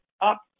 up